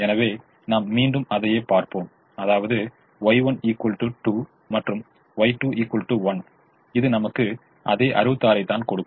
எனவே நாம் மீண்டும் அதையே பார்ப்போம் அதாவது Y1 2 மற்றும் Y2 1 இது நமக்கு அதே 66 ஐக் தான் கொடுக்கும்